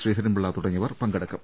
ശ്രീധരൻപിള്ള തുടങ്ങിയവർ പങ്കെടുക്കും